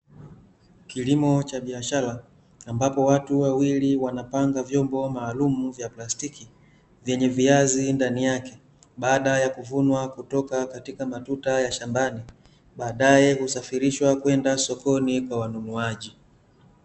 Kilimo cha biashara, ambapo watu wawili wanapanga vyombo maalumu vya plastiki, vyenye viazi ndani yake, baada ya kuvunwa kutoka katika matuta ya shambani, baadae husafirishwa kwenda sokoni, kwa wanunuaji.